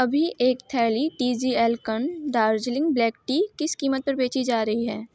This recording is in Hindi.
अभी एक थैली T G L co Darjeeling black tea किस कीमत पर बेची जा रही है